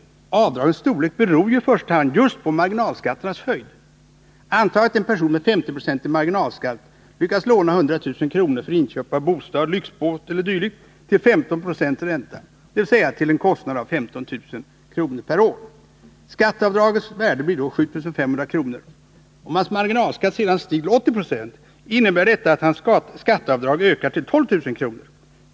Avdragens storlek beror ju i första hand på marginalskatternas höjd. Antag att en person med femtioprocentig marginalskatt lyckas låna 100 000 kr. för inköp av bostad, lyxbåt eller dylikt till 15 96 ränta, dvs. till en kostnad av 15 000 kr. per år. Skatteavdragets värde blir då 7 500 kr. Om hans marginalskatt sedan stiger till 80 70 innebär detta att hans skatteavdrag ökar till 12000 kr.